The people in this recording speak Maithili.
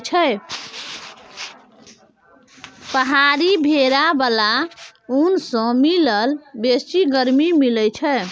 पहाड़ी भेरा सँ मिलल ऊन सँ बेसी गरमी मिलई छै